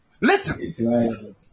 Listen